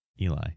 Eli